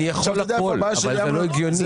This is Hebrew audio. אני יכול הכול, אבל זה לא הגיוני.